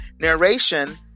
Narration